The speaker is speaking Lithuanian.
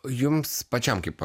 jums pačiam kaip